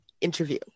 interview